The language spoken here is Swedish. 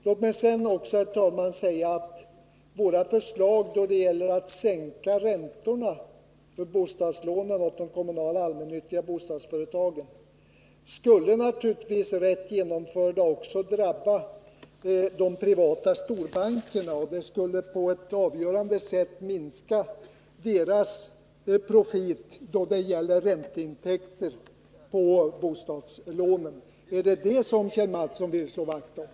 Låt mig sedan, herr talman, också säga att våra förslag då det gäller att sänka räntorna för bostadslånen till de kommunala allmännyttiga bostads företagen rätt genomförda naturligtvis också skulle drabba de privata storbankerna. De skulle på ett avgörande sätt minska deras profit då det gäller ränteintäkter på bostadslånen. Är det dem som Kjell Mattsson vill slå vakt om?